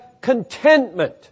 contentment